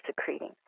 secreting